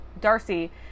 Darcy